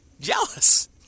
Jealous